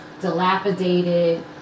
dilapidated